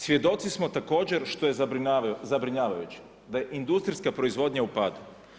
Svjedoci smo također što je zabrinjavajuće da je industrijska proizvodnja u padu.